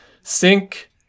sync